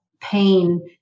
pain